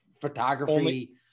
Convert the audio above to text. photography